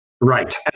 Right